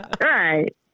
Right